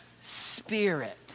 spirit